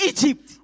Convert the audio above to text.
Egypt